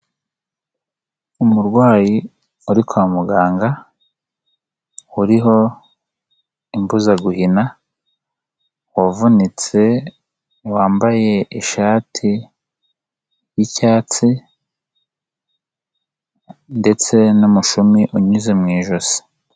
Umurwayi uri kwa muganga uriho imbuzaguhina wavunitse wambaye ishati y'icyatsi ndetse n'umushumi unyuze mu ijosi.